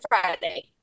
Friday